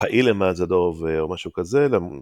ההיא מאז זדורוב או משהו כזה.